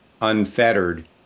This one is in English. unfettered